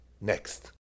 Next